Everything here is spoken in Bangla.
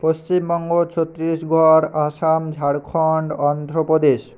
পশ্চিমবঙ্গ ছত্রিশগড় আসাম ঝাড়খন্ড অন্ধ্র প্রদেশ